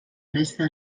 resta